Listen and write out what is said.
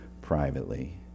privately